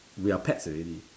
we are pets already